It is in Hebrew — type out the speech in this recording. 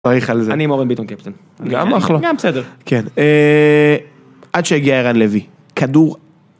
הולך על זה. אני עם אורן ביטון, קפטן. גם אחלה. גם בסדר. כן. אה... עד שהגיע ערן לוי, כדור...